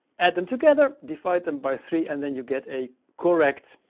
add them together, divide them by three. and then you get a correct,